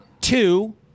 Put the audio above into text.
two